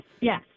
yes